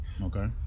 Okay